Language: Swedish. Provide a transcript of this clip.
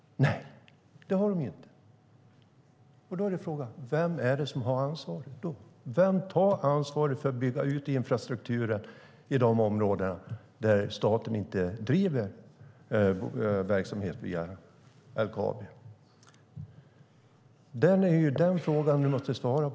Nej, det har de inte. Vem har då ansvaret? Vem tar ansvaret för att bygga ut infrastrukturen i de områden där staten inte driver verksamhet via LKAB? Den frågan måste besvaras.